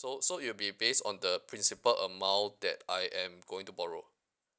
so so it will be based on the principle amount that I am going to borrow